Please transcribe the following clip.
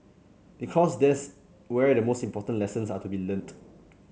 because that's where the most important lessons are to be learnt